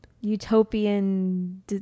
utopian